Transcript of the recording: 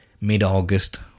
mid-August